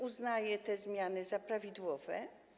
Uznaje ona te zmiany za prawidłowe.